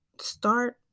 start